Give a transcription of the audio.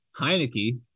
Heineke